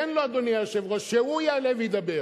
תן לו, אדוני היושב-ראש, שהוא יעלה וידבר.